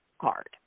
card